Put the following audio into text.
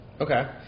Okay